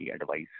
advice